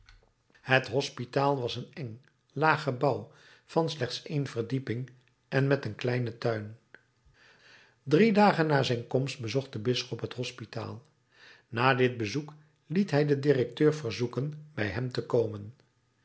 het hospitaal was een eng laag gebouw van slechts één verdieping en met een kleinen tuin drie dagen na zijn komst bezocht de bisschop het hospitaal na dit bezoek liet hij den directeur verzoeken bij hem te komen